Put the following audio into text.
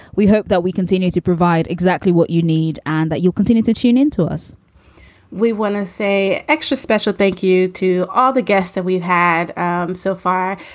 we hope that we continue to provide exactly what you need and that you'll continue to tune into us we want to say extra special thank you to all the guests that we've had um so far.